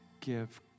give